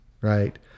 right